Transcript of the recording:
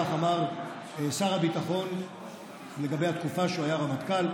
כך אמר שר הביטחון לגבי התקופה שהוא היה רמטכ"ל,